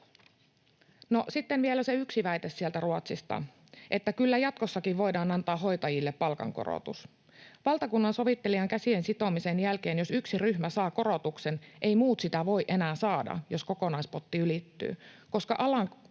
sitten vielä se yksi väite sieltä Ruotsista, että kyllä jatkossakin voidaan antaa hoitajille palkankorotus. Jos valtakunnansovittelijan käsien sitomisen jälkeen yksi ryhmä saa korotuksen, eivät muut sitä voi enää saada, jos kokonaispotti ylittyy, koska alan